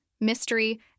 mystery